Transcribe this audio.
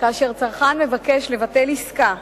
כאשר צרכן מבקש לבטל עסקה,